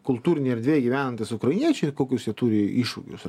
kultūrinėj erdvėj gyvenantys ukrainiečiai kokius jie turi iššūkius